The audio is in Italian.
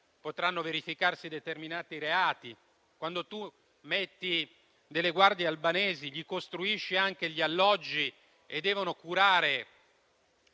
potranno verificarsi determinati reati? Quando si mettono delle guardie albanesi, costruendo anche i loro alloggi, che devono curare